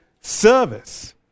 service